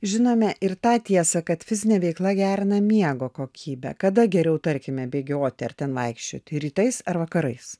žinome ir tą tiesą kad fizinė veikla gerina miego kokybę kada geriau tarkime bėgioti ar ten vaikščioti rytais ar vakarais